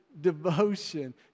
devotion